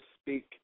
speak